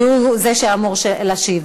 כי הוא זה שאמור להשיב.